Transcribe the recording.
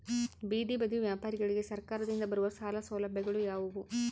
ಬೇದಿ ಬದಿ ವ್ಯಾಪಾರಗಳಿಗೆ ಸರಕಾರದಿಂದ ಬರುವ ಸಾಲ ಸೌಲಭ್ಯಗಳು ಯಾವುವು?